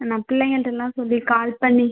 நான் பிள்ளைங்கள்கிட்டலாம் சொல்லி கால் பண்ணி